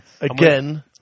Again